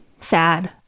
sad